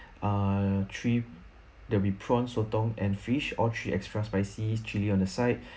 uh three there'll be prawns sotong and fish all three extra spicy chilli on the side